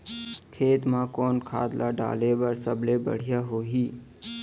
खेत म कोन खाद ला डाले बर सबले बढ़िया होही?